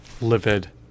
livid